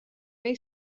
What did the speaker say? may